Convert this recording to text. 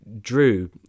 Drew